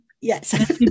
yes